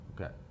okay